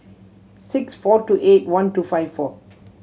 six four two eight one two five four